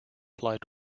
flight